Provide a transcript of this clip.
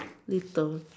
little